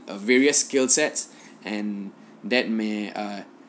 the various skillsets and that may uh